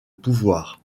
pouvoir